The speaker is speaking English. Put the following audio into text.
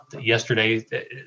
yesterday